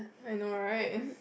I know right